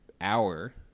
hour